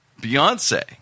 Beyonce